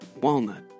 walnut